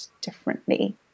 differently